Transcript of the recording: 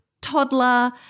toddler